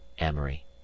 amory